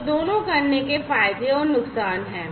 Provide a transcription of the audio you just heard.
तो दोनों करने के फायदे और नुकसान हैं